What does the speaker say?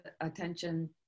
attention